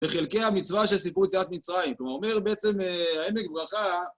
וחלקי המצווה של סיפור יציאת מצרים, כלומר אומר בעצם העמק ברכה...